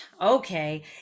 okay